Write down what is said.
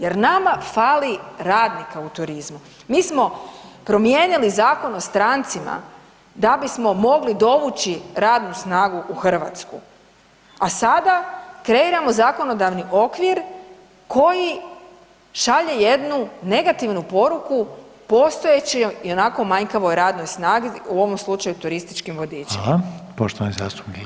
Jer nama fali radnika u turizmu, mi smo promijenili Zakon o strancima, da bismo mogli dovući radnu snagu u Hrvatsku, a sada kreiramo zakonodavni okvir koji šalje jednu negativnu poruku postojećoj, ionako manjkavoj, radnoj snazi, u ovom slučaju turističkim vodičima.